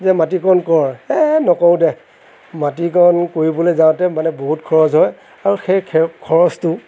যে মাটিকণ কৰ এহ নকৰোঁ দে মাটিকণ কৰিবলৈ যাওঁতে মানে বহুত খৰচ হয় আৰু সেই খৰচটো